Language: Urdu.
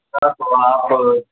آپ